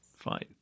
fine